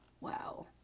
Wow